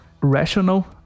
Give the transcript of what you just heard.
rational